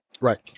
Right